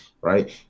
right